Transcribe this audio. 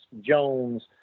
Jones